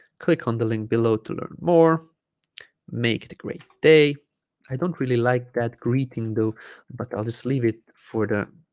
click on the link below to learn more make it a great day i don't really like that greeting though but i'll just leave it for the